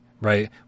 right